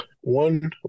one